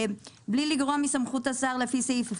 "בלי לגרוע מסמכות השר לפי סעיף 1(ב)